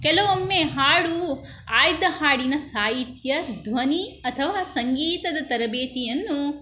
ಕೆಲವೊಮ್ಮೆ ಹಾಡು ಆಯ್ದ ಹಾಡಿನ ಸಾಹಿತ್ಯ ಧ್ವನಿ ಅಥವಾ ಸಂಗೀತದ ತರಬೇತಿಯನ್ನು